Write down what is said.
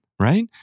Right